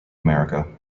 america